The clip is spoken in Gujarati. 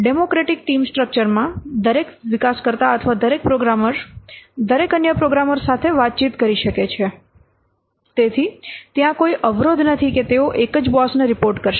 ડેમોક્રેટિક ટીમ સ્ટ્રક્ચર માં દરેક વિકાસકર્તા અથવા દરેક પ્રોગ્રામર દરેક અન્ય પ્રોગ્રામર સાથે વાતચીત કરી શકે છે તેથી ત્યાં કોઈ અવરોધ નથી કે તેઓ એક જ બોસને રિપોર્ટ કરશે